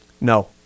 No